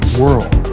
world